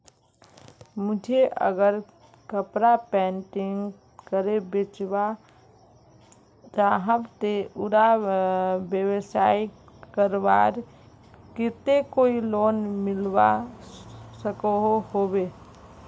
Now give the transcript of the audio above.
मुई अगर कपड़ा पेंटिंग करे बेचवा चाहम ते उडा व्यवसाय करवार केते कोई लोन मिलवा सकोहो होबे?